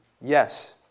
yes